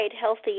healthy